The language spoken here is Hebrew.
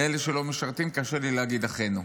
על אלה שלא משרתים קשה לי להגיד "אחינו".